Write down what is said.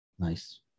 nice